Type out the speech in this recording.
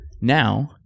now